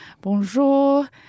bonjour